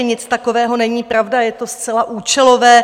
Nic takového není pravda, je to zcela účelové.